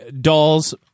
dolls